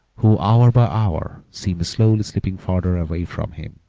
who hour by hour seemed slowly slipping farther away from him.